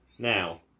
now